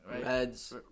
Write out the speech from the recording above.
Reds